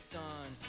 done